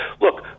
Look